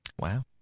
Wow